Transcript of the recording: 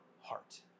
heart